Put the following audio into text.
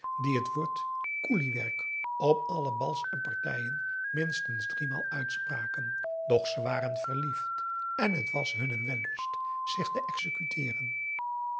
die het woord koelie werk op alle bals en partijen minstens driemaal uitspraken doch ze waren verliefd en het was hun een wellust zich te